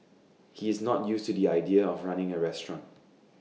he's not used to the idea of running A restaurant